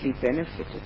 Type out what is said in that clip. benefited